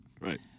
Right